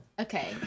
okay